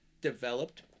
developed